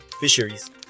fisheries